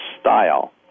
style